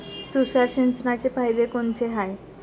तुषार सिंचनाचे फायदे कोनचे हाये?